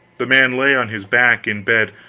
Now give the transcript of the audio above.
the man lay on his back in bed,